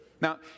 Now